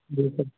جی سر